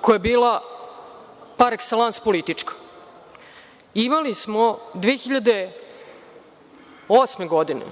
koja je bila par ekselans politička. Imali smo 2008. godine